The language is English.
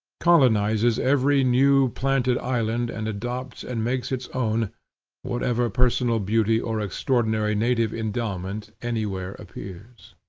colonizes every new-planted island and adopts and makes its own whatever personal beauty or extraordinary native endowment anywhere appears.